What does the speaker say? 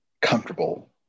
comfortable